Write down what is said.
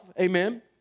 Amen